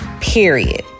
period